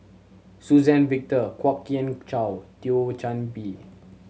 Suzann Victor Kwok Kian Chow Thio Chan Bee